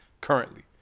currently